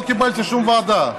לא קיבלתי שום ועדה.